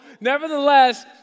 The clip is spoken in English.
Nevertheless